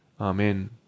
Amen